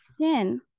sin